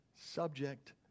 subject